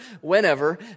whenever